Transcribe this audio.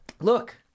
Look